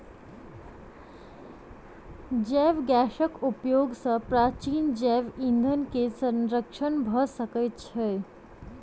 जैव गैसक उपयोग सॅ प्राचीन जैव ईंधन के संरक्षण भ सकै छै